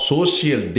Social